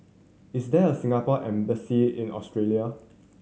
is there a Singapore Embassy in Austria